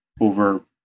over